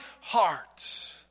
heart